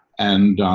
and